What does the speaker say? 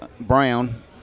Brown